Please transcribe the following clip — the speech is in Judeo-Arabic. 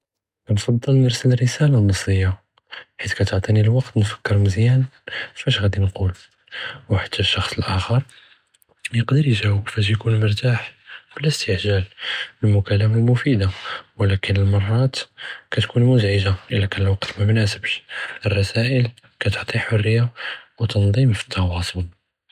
כנפצ׳ל נִרסֶל רִסאלַה נַצִיַּה חִית כַּתְעְטִינִי לְוַקְת נְפַכֶּר מְזִיַאן פַאש עַ׳אדִי נְגוּל וְחַתַּא אֶשְּשַחְ׳ץ לְאַחֶ׳ר יְקְדֶּר יְגַ׳אוְבּ פַאש יְכוּן מְרְתַאח בְּלַא אִסְתִעְגַ׳אל, אֶלְמֻכַּלַּמַה מֻפִידַה וּלַכִּן אֶלְמַרַאת כַּתוּן מֻזְעִגַה אִלַּא כַּאן לְוַקְת מַא מְנַאסֶבְּש, אֶרְרִסַאֶל כַּתְעְטִי חֻרִיַּה וּתַנְטִ׳ים פְּאֶתְּוַאסוּל.